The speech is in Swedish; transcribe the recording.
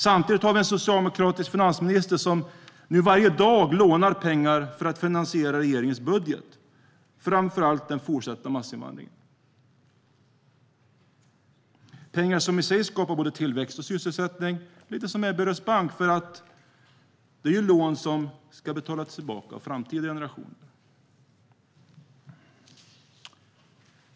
Samtidigt har vi en socialdemokratisk finansminister som nu varje dag lånar pengar för att finansiera regeringens budget, framför allt den fortsatta massinvandringen. Det är pengar som i sig skapar både tillväxt och sysselsättning. Det är lite grann som Ebberöds bank, eftersom det är lån som ska betalas tillbaka av framtida generationer.